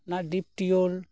ᱚᱱᱟ ᱰᱤᱯ ᱴᱤᱭᱳᱞ